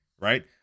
right